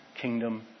kingdom